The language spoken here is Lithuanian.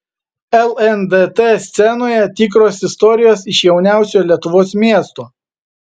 lndt scenoje tikros istorijos iš jauniausio lietuvos miesto